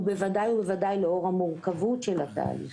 בוודאי ובוודאי לאור המורכבת של התהליך.